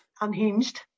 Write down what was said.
unhinged